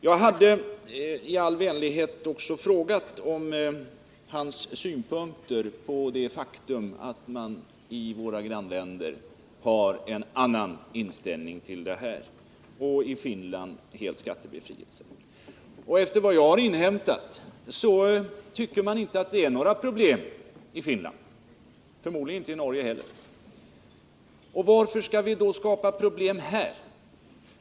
Jag hade i all vänlighet också frågat om hans synpunkter på det faktum att man i våra grannländer har en annan inställning till denna fråga — i Finland hel skattebefrielse. Enligt vad jag har inhämtat tycker man inte i Finland att det är några problem — och det tycker man förmodligen inte heller i Norge. Varför skall vi då skapa problem här?